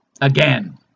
again